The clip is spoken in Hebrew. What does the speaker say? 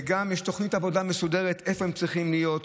ויש גם תוכנית עבודה מסודרת איפה הם צריכים להיות.